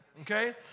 Okay